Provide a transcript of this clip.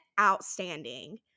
outstanding